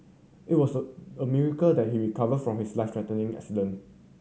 it was a miracle that he recovered from his life threatening accident